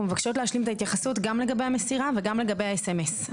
אנחנו מבקשות להשלים את ההתייחסות גם לגבי המסירה וגם לגבי ה-סמס.